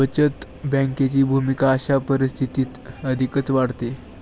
बचत बँकेची भूमिका अशा परिस्थितीत अधिकच वाढते